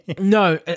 no